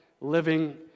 living